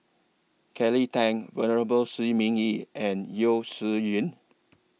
Kelly Tang Venerable Shi Ming Yi and Yeo Shih Yun